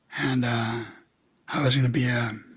and i was going to be and